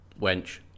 Wench